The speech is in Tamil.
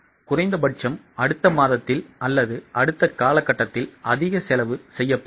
குறைந்த பட்சம் அடுத்த மாதத்தில் அல்லது அடுத்த காலகட்டத்தில் அதிக செலவு செய்யப்படுவது